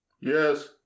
Yes